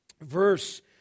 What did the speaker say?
verse